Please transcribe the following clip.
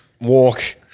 walk